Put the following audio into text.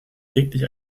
täglich